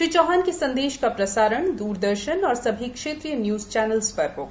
श्री चौहान के संदेश का प्रसारण दूरदर्शन एवं सभी क्षेत्रीय न्यूज चैनल्स पर होगा